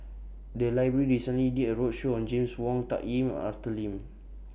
The Library recently did A roadshow on James Wong Tuck Yim and Arthur Lim